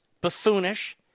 buffoonish